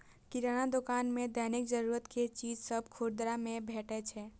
किराना दोकान मे दैनिक जरूरत के चीज सभ खुदरा मे भेटै छै